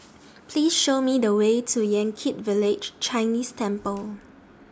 Please Show Me The Way to Yan Kit Village Chinese Temple